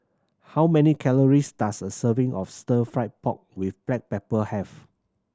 how many calories does a serving of Stir Fried Pork With Black Pepper have